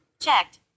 Checked